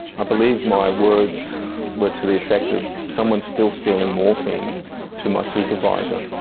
i believe my words were to the effect of someone's still stealing morphine to my supervisor.